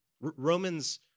Romans